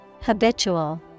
Habitual